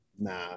nah